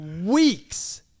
weeks